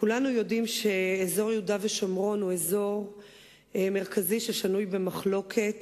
כולנו יודעים שאזור יהודה ושומרון הוא אזור מרכזי ששנוי במחלוקת